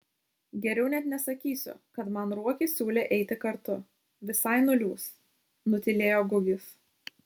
geriau net nesakysiu kad man ruokis siūlė eiti kartu visai nuliūs nutylėjo gugis